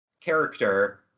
character